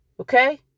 okay